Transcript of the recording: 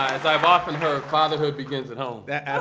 as i've often heard, fatherhood begins at home. yeah